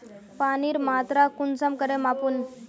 पानीर मात्रा कुंसम करे मापुम?